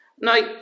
Now